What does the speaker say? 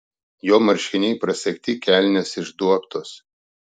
jo marškiniai prasegti kelnės išduobtos